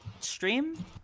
stream